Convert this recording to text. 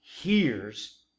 hears